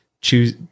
choose